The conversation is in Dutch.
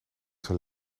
zijn